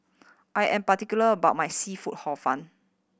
I am particular about my seafood Hor Fun